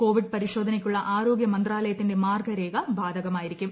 Covid പരിശോധനയ്ക്കുള്ള ആരോഗ്യ മന്ത്രാലയത്തിന്റെ മാർഗ്ഗരേഖ ബാധകമായിരിക്കും